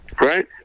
right